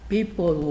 People